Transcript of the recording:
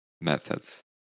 methods